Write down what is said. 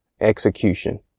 execution